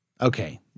Okay